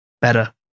better